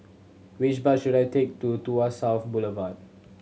which bus should I take to Tuas South Boulevard